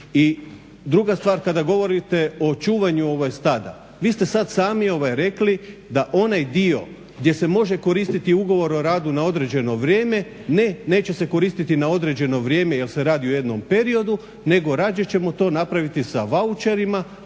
I druga stvar, kada govorite o čuvanju stada. Vi ste sada sami rekli da onaj dio gdje se može koristiti ugovor o radu na određeno vrijeme, ne neće se koristiti na određeno vrijeme jer se radi o jednom periodu, nego rađe ćemo to napraviti sa vaučerima,